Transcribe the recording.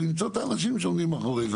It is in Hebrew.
זה למצוא את האנשים שעומדים מאחורי זה.